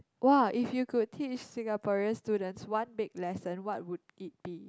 !woah! if you could teach Singaporean students one big lesson what would it be